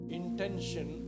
intention